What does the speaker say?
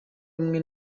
rumwe